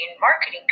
marketing